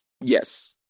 yes